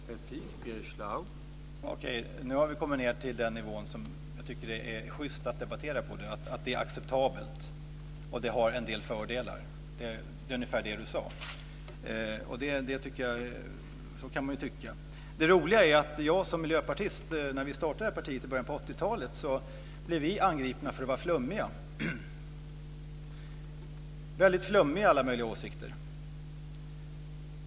Herr talman! Nu har vi kommit ned till den nivå som jag tycker att det är schyst att debattera på, att det är acceptabelt och det har en del fördelar. Det är ungefär vad Aurelius sade. Så kan man tycka. När vi startade Miljöpartiet i början av 80-talet blev vi angripna för att vara väldigt flummiga i alla möjliga åsikter.